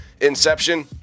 Inception